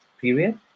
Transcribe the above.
period